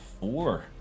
Four